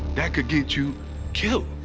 that could get you killed.